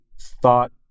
thought